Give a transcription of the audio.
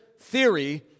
theory